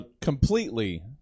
completely